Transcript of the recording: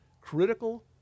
critical